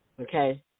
okay